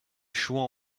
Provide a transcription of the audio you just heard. chouans